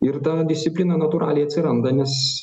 ir ta disciplina natūraliai atsiranda nes